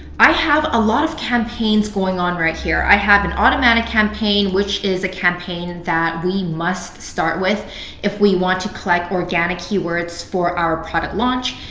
i have a lot of campaigns going on right here. i have an automatic campaign which is a campaign that we must start with if we want to collect organic keywords for our product launch.